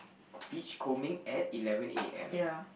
beach combing at eleven A_M